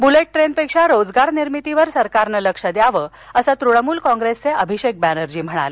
bullet ट्रेनपेक्षा रोजगार निर्मितीवर सरकारनं लक्ष द्यावं असं तृणमूल कॉप्रेसचे अभिषेक बॅनर्जी म्हणाले